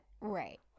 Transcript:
Right